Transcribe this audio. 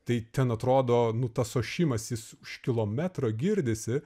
tai ten atrodo nu tas ošimas jis už kilometro girdisi